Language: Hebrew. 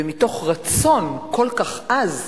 ומתוך רצון כל כך עז